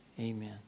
Amen